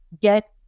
get